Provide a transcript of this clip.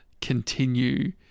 continue